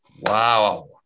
wow